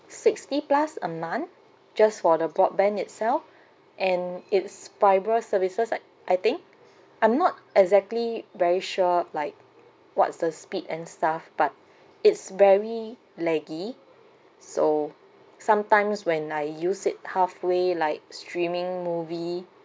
sixty plus a month just for the broadband itself and it's fibre services I I think I'm not exactly very sure like what's the speed and stuff but it's very laggy so sometimes when I use it halfway like streaming movie